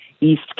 east